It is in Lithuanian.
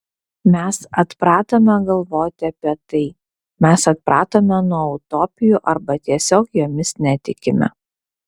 mes atpratome galvoti apie tai mes atpratome nuo utopijų arba tiesiog jomis netikime